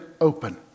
open